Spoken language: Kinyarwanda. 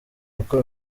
kuko